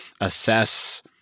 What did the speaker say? assess